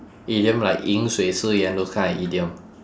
idiom like 饮水思源 those kind of idiom